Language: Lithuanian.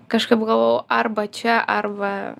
kažkaip galvojau arba čia arba